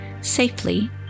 safely